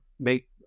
make